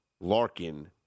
Larkin